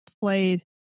played